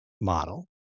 model